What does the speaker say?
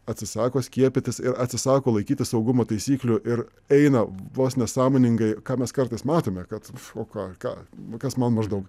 atsisako skiepytis ir atsisako laikytis saugumo taisyklių ir eina vos ne sąmoningai ką mes kartais matome kad o ką ką kas man maždaug